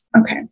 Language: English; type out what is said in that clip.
Okay